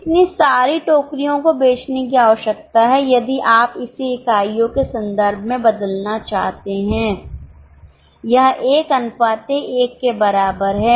इतनी सारी टोकरीयों को बेचने की आवश्यकता है यदि आप इसे इकाइयों के संदर्भ में बदलना चाहते हैं यह 11 के बराबर है